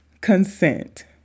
consent